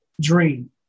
dream